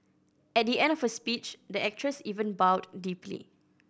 at the end of her speech the actress even bowed deeply